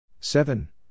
Seven